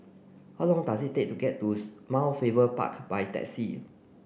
how long does it take to get to Mount Faber Park by taxi